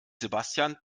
sebastian